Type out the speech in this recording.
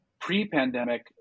pre-pandemic